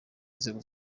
nzego